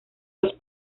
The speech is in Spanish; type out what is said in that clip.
los